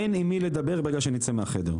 אין עם מי לדבר ברגע שנצא מהחדר,